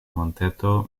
monteto